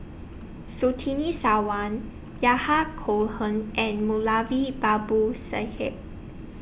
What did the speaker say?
Surtini Sarwan Yahya Cohen and Moulavi Babu Sahib